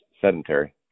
sedentary